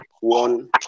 One